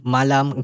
Malam